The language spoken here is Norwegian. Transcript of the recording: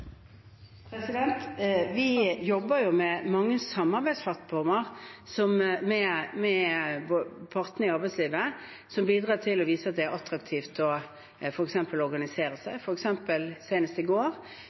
Vi jobber med mange samarbeidsplattformer med partene i arbeidslivet, som bidrar til å vise at det er attraktivt f.eks. å organisere seg. Senest i går